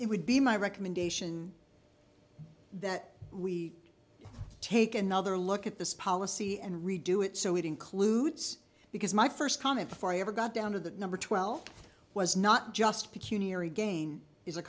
it would be my recommendation that we take another look at this policy and redo it so it includes because my first comment before i ever got down to that number twelve was not just